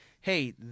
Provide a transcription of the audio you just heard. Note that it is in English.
hey